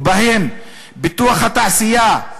ובהם פיתוח התעשייה,